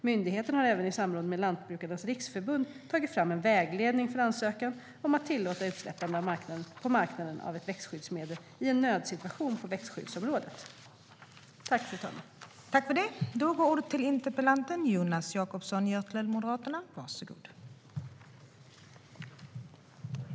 Myndigheten har även i samråd med Lantbrukarnas Riksförbund tagit fram en vägledning för ansökan om att tillåta utsläppande på marknaden av ett växtskyddsmedel i en nödsituation på växtskyddsområdet.